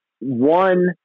one